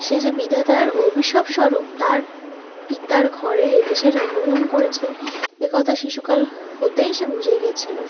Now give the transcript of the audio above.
সে যে বিধাতার অভিশাপস্বরূপ তার পিতার ঘরে এসে জন্মগ্রহণ করেছে একথা শিশুকাল হতেই সে বুঝে গেছিলো